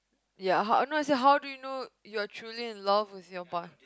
ya how no I say how do you know you're truly in love with your partner